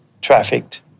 trafficked